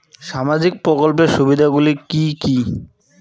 সামাজিক প্রকল্পের সুবিধাগুলি কি কি?